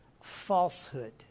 falsehood